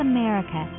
America